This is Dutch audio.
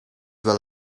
wel